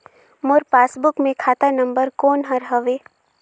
मोर passbook मे खाता नम्बर कोन हर हवे?